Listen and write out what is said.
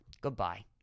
Goodbye